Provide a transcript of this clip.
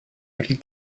pergi